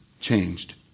changed